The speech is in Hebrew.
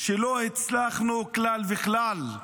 שלא הצלחנו כלל וכלל.